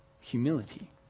humility